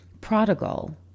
prodigal